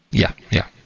yeah, yeah.